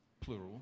plural